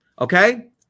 Okay